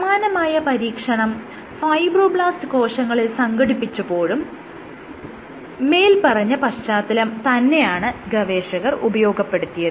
സമാനമായ പരീക്ഷണം ഫൈബ്രോബ്ലാസ്റ് കോശങ്ങളിൽ സംഘടിപ്പിച്ചപ്പോഴും മേല്പറഞ്ഞ പശ്ചാത്തലം തന്നെയാണ് ഗവേഷകർ ഉപയോഗപ്പെടുത്തിയത്